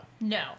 No